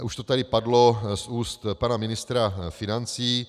Už to tady padlo z úst pana ministra financí.